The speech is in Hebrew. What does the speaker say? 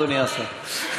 אדוני השר?